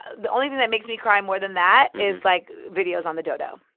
the only thing that makes me cry more than that is, like, videos on the dodo.